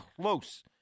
close